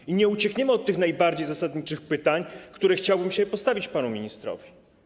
I nie uciekniemy od tych najbardziej zasadniczych pytań, które chciałbym dzisiaj postawić panu ministrowi.